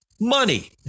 money